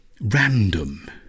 random